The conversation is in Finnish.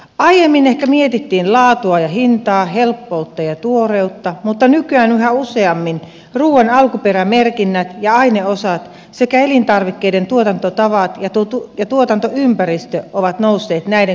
aiemmin ehkä mietittiin laatua ja hintaa helppoutta ja tuoreutta mutta nykyään yhä useammin ruuan alkuperämerkinnät ja aineosat sekä elintarvikkeiden tuotantotavat ja tuotantoympäristö ovat nousseet näiden kysymysten rinnalle